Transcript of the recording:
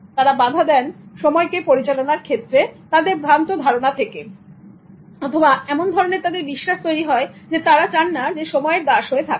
তারা বাধা দেন সময়কে পরিচালনার ক্ষেত্রে তাদের ভ্রান্ত ধারণা থেকে অথবা এমন ধরনের তাদের বিশ্বাস তৈরি হয় যে তারা চান না সময়ের দাস হয়ে থাকতে